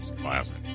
classic